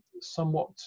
somewhat